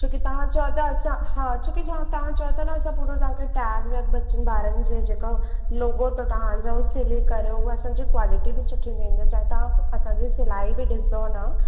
छो की तव्हां चओ था असां हा छो की छा तव्हां चओ था न असां पूरो तव्हांखे टार्गेट ॿचन ॿारनि जे जेको लोगो त तव्हांजो सिबी करियो हो असांजी कॉलिटी बि सुठी वेंदी चाए तव्हां असांजे सिलाई बि ॾिसंद न